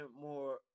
more